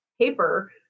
paper